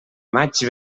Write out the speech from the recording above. maig